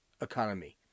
economy